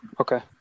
Okay